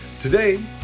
Today